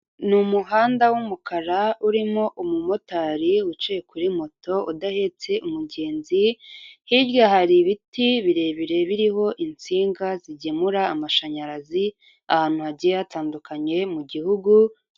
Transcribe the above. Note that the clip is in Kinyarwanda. Ni umuhanda w'umukara urimo umumotari wicaye kuri moto udahetse umugenzi, hirya hari ibiti birebire biriho insinga zigemura amashanyarazi ahantu hagiye hatandukanye mu gihugu.